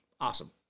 Awesome